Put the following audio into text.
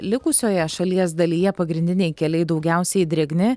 likusioje šalies dalyje pagrindiniai keliai daugiausiai drėgni